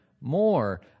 more